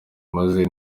maze